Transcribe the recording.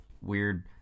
weird